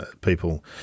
people